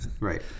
Right